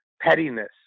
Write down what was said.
pettiness